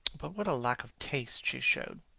but what a lack of taste she showed!